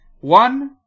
One